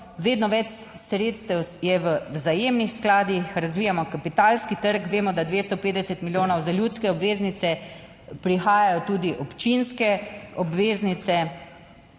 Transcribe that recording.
Vedno več sredstev je v vzajemnih skladih, razvijamo kapitalski trg, vemo, da 250 milijonov za ljudske obveznice, prihajajo tudi občinske obveznice.